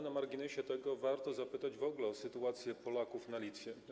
Na marginesie warto zapytać w ogóle o sytuację Polaków na Litwie.